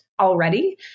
already